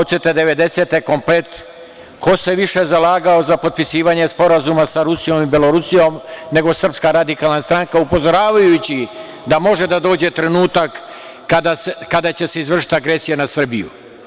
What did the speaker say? Ako hoćete devedesete komplet, ko se više zalagao za potpisivanje sporazuma sa Rusijom i Belorusijom nego Srpska radikalna stranka, upozoravajući da može da dođe trenutak kada će se izvršiti agresija na Srbiju?